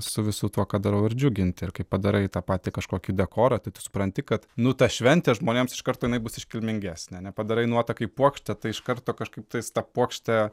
su visu tuo ką darau ir džiuginti ir kaip padarai tą patį kažkokį dekorą tai tu supranti kad nu ta šventė žmonėms iš karto jinai bus iškilmingesnė ane padarai nuotakai puokštę tai iš karto kažkaip tais ta puokštė